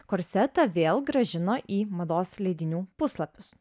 korsetą vėl grąžino į mados leidinių puslapius